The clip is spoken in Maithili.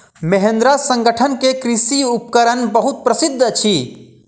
महिंद्रा संगठन के कृषि उपकरण बहुत प्रसिद्ध अछि